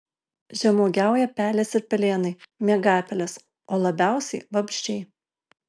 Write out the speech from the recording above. žemuogiauja pelės ir pelėnai miegapelės o labiausiai vabzdžiai